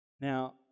now